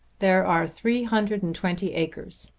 there are three hundred and twenty acres.